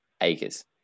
acres